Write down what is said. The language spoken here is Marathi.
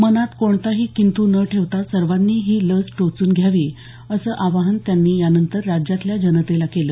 मनात कोणताही किंतू न ठेवता सर्वांनी ही लस टोचून घ्यावी असं आवाहन त्यांनी यानंतर राज्यातल्या जनतेला केलं